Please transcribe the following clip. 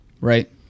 Right